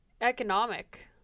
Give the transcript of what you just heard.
economic